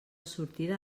sortida